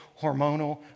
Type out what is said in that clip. hormonal